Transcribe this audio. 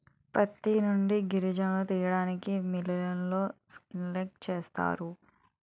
ప్రత్తి నుంచి గింజలను తీయడానికి మిల్లులలో స్పిన్నింగ్ చేస్తారు